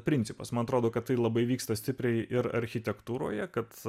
principas man atrodo kad tai labai vyksta stipriai ir architektūroje kad